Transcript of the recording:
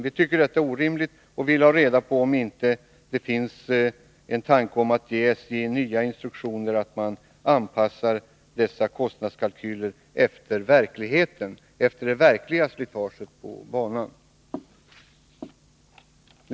Enligt vår åsikt är detta orimligt, och vi vill veta om det inte finns några tankar på att ge SJ nya instruktioner att anpassa kostnadskalkylerna efter det verkliga slitaget på banan.